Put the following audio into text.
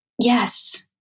yes